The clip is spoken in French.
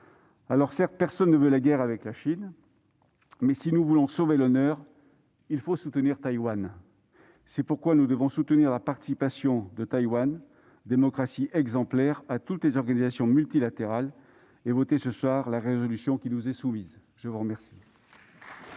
Alors, certes, personne ne veut la guerre avec la Chine, mais, si nous voulons sauver l'honneur, il faut soutenir Taïwan. C'est pourquoi nous devons soutenir la participation de Taïwan- démocratie exemplaire -à toutes les organisations multilatérales et voter la proposition de résolution qui nous est soumise. La parole